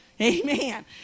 Amen